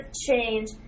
change